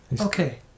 okay